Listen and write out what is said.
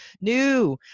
new